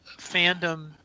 fandom